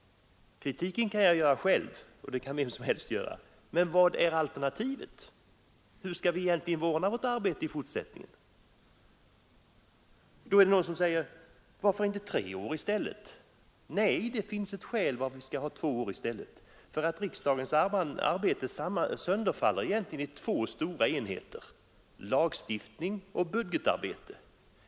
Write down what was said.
Kritiken kan jag själv anföra, och det kan vem som helst, men hur skall vi ordna vårt arbete i fortsättningen? Någon har föreslagit trekalenderårsperioder i stället, men det finns goda skäl för att välja två år. Riksdagens arbete sönderfaller i två stora enheter, lagstiftningsoch budgetarbete.